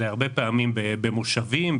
אנחנו הרבה פעמים מגלים אותם במושבים,